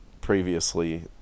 previously